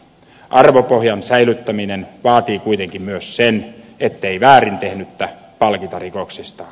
arvopohjan säilyttäminen vaatii kuitenkin myös sen ettei väärin tehnyttä palkita rikoksistaan